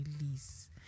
release